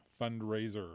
fundraiser